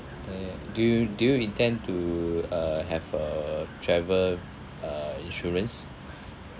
eh do you do you intend to uh have a travel uh insurance